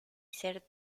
ser